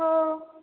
हो